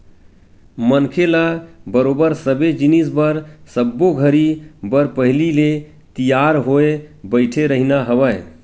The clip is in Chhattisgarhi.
मनखे ल बरोबर सबे जिनिस बर सब्बो घरी बर पहिली ले तियार होय बइठे रहिना हवय